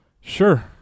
Sure